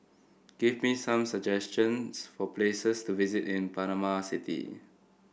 give me some suggestions for places to visit in Panama City